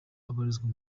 ubarizwa